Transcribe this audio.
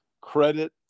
credit